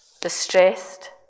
distressed